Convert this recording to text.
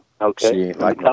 Okay